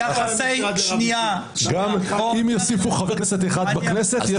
אם יוסיפו חבר כנסת אחד לכנסת,